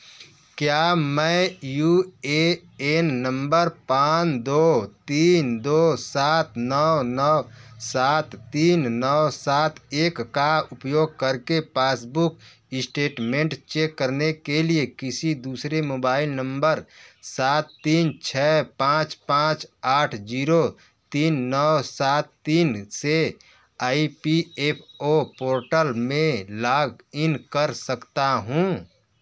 क्या मैं U A A number पाँच दो तीन दो सात नौ नौ सात तीन नौ सात एक का उपयोग करके पासबुक इश्टेटमेंट चेक करने के लिए किसी दूसरे मोबाइल नंबर सात तीन छः पाँच पाँच आठ जीरो तीन नौ सात तीन से E P F O portal में लॉगईन कर सकता हूँ